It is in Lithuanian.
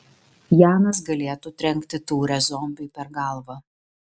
janas galėtų trenkti taure zombiui per galvą